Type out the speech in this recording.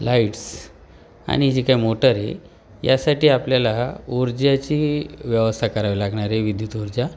lights आणि जी काय मोटर आहे यासाठी आपल्याला ऊर्जाची व्यवस्था करावी लागणार आहे विद्युत ऊर्जा